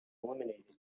eliminated